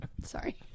sorry